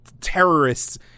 terrorists